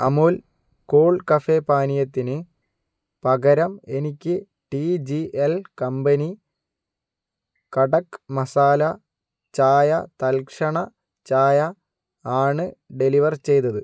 Amul cool cafe പാനീയത്തിന് പകരം എനിക്ക് T G L company kadak masala ചായ തൽക്ഷണ ചായ ആണ് ഡെലിവർ ചെയ്തത്